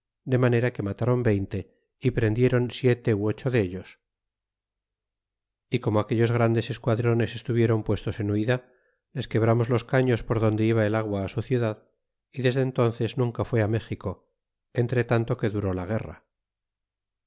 de manera que matron veinte y prendiéron siete u ocho dellos y como aquellos grandes esquadrones estuvieron puestos en huida les quebramos los caños por donde iba el agua á su ciudad y desde entánces nunca fué á méxico entre tanto que duró la guerra